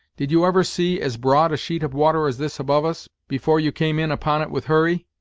did you ever see as broad a sheet of water as this above us, before you came in upon it with hurry?